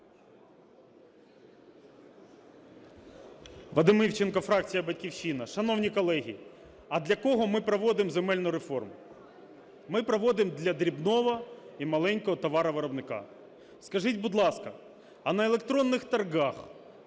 Вадим Івченко, фракція "Батьківщина". Шановні колеги, а для кого ми проводимо земельну реформу? Ми проводимо для дрібного і маленького товаровиробника. Скажіть, будь ласка, а на електронних торгах